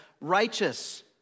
righteous